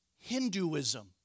Hinduism